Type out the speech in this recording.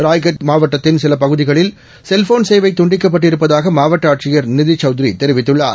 ராய்கட் மாவட்டத்தின் சில பகுதிகளில் கெல்போன் சேவை தண்டிக்கப்பட்டிருப்பதாக மாவட்ட ஆர்சியர் நிதி சவுத்ரி தெரிவித்துள்ளார்